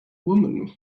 woman